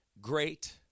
great